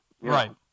Right